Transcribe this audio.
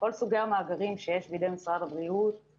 כל סוגי המאגרים שיש בידי משרד הבריאות,